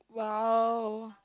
!wow!